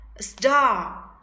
star